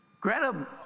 Greta